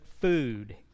food